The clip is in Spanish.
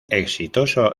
exitoso